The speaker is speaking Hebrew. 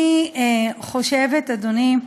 אני חושבת, אדוני,